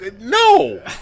no